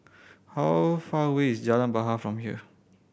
how far away is Jalan Bahar from here